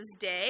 day